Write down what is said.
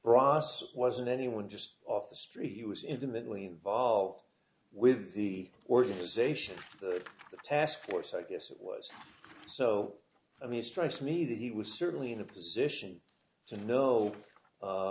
it wasn't anyone just off the street he was intimately involved with the organization of the task force i guess it was so i mean strikes me that he was certainly in a position to know